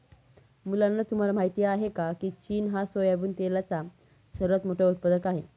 मुलांनो तुम्हाला माहित आहे का, की चीन हा सोयाबिन तेलाचा सर्वात मोठा उत्पादक आहे